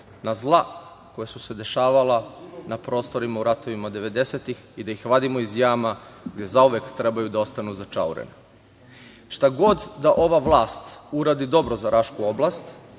na zla koja se su dešavala na prostorima u ratovima devedesetih i da ih vadimo iz jama, gde zauvek trebaju da ostanu začaurene. Šta god da ova vlast uradi dobro za Rašku oblast,